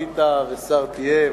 היית ושר תהיה,